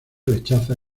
rechaza